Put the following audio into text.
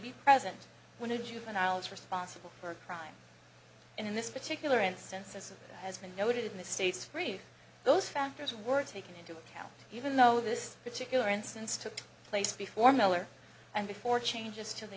be present when a juveniles responsible for a crime in this particular instance as has been noted in the states free those factors were taken into account even though this particular instance took place before miller and before changes to the